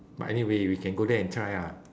but anyway we can go there and try ah